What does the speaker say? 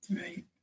Right